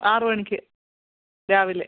ആറ് മണിക്ക് രാവിലെ